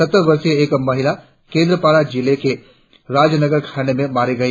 सत्तर वर्षीय एक महिला केंद्रपाड़ा जिले के राजनगर खंड में मारी गई